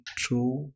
true